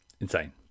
insane